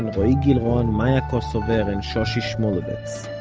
and roee gilron, maya kosover and shoshi shmuluvitz.